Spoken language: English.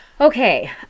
Okay